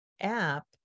app